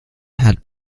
had